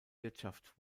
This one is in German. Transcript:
wirtschaft